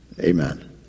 Amen